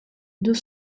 deux